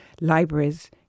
libraries